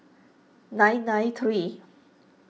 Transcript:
nine nine three